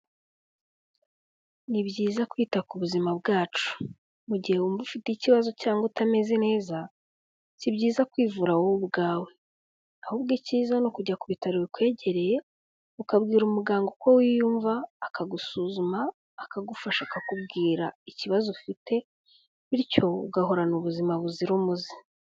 Ni byiza kwita ku buzima bwacu. Mu gihe wumva ufite ikibazo cyangwa utameze neza, si byiza kwivura wowe ubwawe. Ahubwo icyiza ni ukujya ku bitaro bikwegereye, ukabwira umuganga uko wiyumva akagusuzuma, akagufasha, akakubwira ikibazo ufite, bityo ugahorana ubuzima buzira umuze.